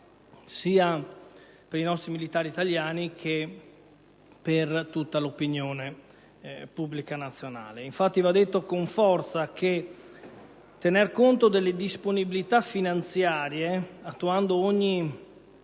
sia per i nostri militari che per tutta l'opinione pubblica nazionale. Infatti, va detto con forza che tener conto delle disponibilità finanziarie, attuando ogni